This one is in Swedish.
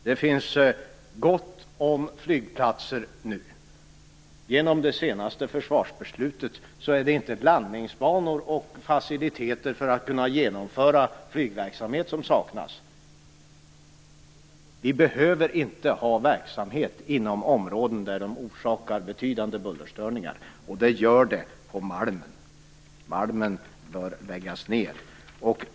Det finns gott om flygplatser. Genom det senaste försvarsbeslutet är det inte landningsbanor och faciliteter för att kunna genomföra flygverksamhet som saknas. Det behövs inga verksamheter inom områden där de orsakar betydande bullerstörningar, och det gör de på Malmens flygplats. Malmen bör läggas ned.